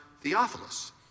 Theophilus